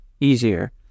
easier